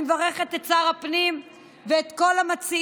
אני מברכת את שר הפנים ואת כל המציעים.